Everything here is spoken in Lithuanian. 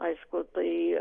aišku tai